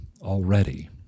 already